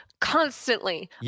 constantly